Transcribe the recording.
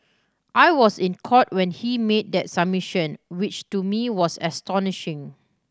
I was in Court when he made that submission which to me was astonishing